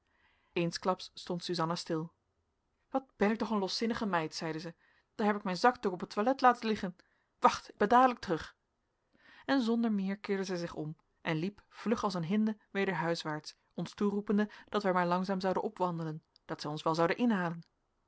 eensklaps stond suzanna stil wat ben ik toch een loszinnige meid zeide zij daar heb ik mijn zakdoek op het toilet laten liggen wacht ik ben dadelijk terug en zonder meer keerde zij zich om en liep vlug als een hinde weder huiswaarts ons toeroepende dat wij maar langzaam zouden opwandelen dat zij ons wel zoude inhalen